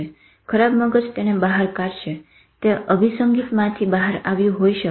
ખરાબ મગજ તેને બહાર કાઢશે તે અભીસંઘીત માંથી બહાર આવ્યું હોઈ શકે